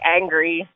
angry